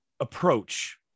approach